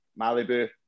Malibu